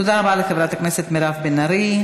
תודה רבה לחברת הכנסת מירב בן ארי.